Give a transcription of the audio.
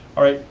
all right,